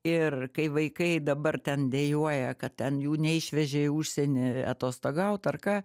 ir kai vaikai dabar ten dejuoja kad ten jų neišvežė į užsienį atostogaut ar ką